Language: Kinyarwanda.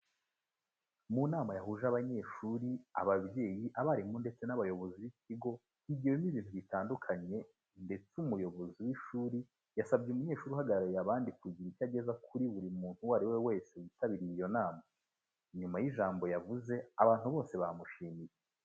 Mu nama yahuje abanyeshuri, ababyeyi, abarimu ndetse n'abayobozi b'ikigo higiwemo ibintu bitandukanye ndetse umuyobozi w'ishuri yasabye umunyeshuri uhagarariye abandi kugira icyo ageza kuri buri muntu uwo ari we wese witabiriye iyo nama. Nyuma y'ijambo yavuze abantu bose bamushimiye.